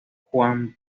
juan